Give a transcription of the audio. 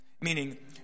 Meaning